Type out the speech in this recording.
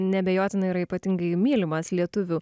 neabejotinai yra ypatingai mylimas lietuvių